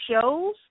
shows